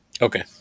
Okay